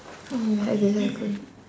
oh that's exactly